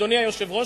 אדוני היושב-ראש,